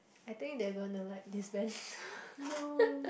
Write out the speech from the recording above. I think they're gonna like disband